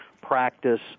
practice